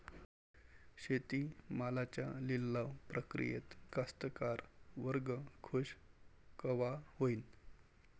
शेती मालाच्या लिलाव प्रक्रियेत कास्तकार वर्ग खूष कवा होईन?